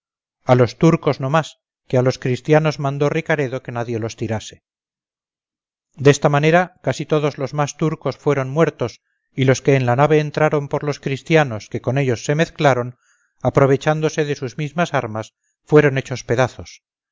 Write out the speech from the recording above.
a los turcos no más que a los christianos mandó ricaredo que nadie los tirase desta manera casi todos los más turcos fueron muertos y los que en la nave entraron por los christianos que con ellos se mezclaron aprovechándose de sus mismas armas fueron hechos pedazos